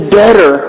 better